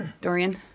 Dorian